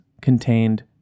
contained